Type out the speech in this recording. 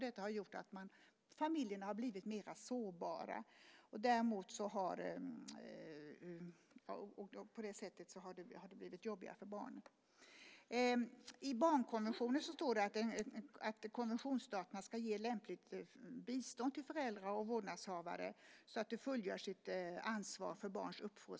Det har gjort att familjerna har blivit mer sårbara. På det sättet har det blivit jobbigare för barnen. I barnkonventionen står det att konventionsstaterna ska ge lämpligt bistånd till föräldrar och vårdnadshavare så att de fullgör sitt ansvar för barnets uppfostran.